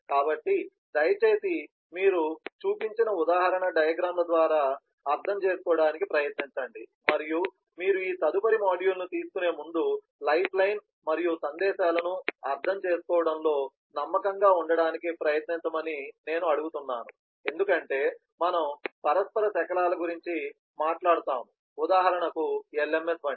కాబట్టి దయచేసి మీరు చూపించిన ఉదాహరణ డయాగ్రమ్ ల ద్వారా అర్థం చేసుకోవడానికి ప్రయత్నించండి మరియు మీరు ఈ తదుపరి మాడ్యూల్ను తీసుకునే ముందు లైఫ్లైన్ మరియు సందేశాలను అర్థం చేసుకోవడంలో నమ్మకంగా ఉండటానికి ప్రయత్నించమని నేను అడుగుతాను ఎందుకంటే మనము పరస్పర శకలాలు గురించి మాట్లాడుతాము ఉదాహరణ కు LMS